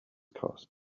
cost